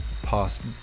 past